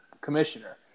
commissioner